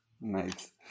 Nice